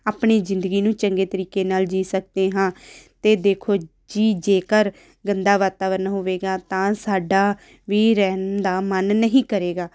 ਆਪਣੀ ਜ਼ਿੰਦਗੀ ਨੂੰ ਚੰਗੇ ਤਰੀਕੇ ਨਾਲ ਜੀਅ ਸਕਦੇ ਹਾਂ ਅਤੇ ਦੇਖੋ ਜੀ ਜੇਕਰ ਗੰਦਾ ਵਾਤਾਵਰਨ ਹੋਵੇਗਾ ਤਾਂ ਸਾਡਾ ਵੀ ਰਹਿਣ ਦਾ ਮਨ ਨਹੀਂ ਕਰੇਗਾ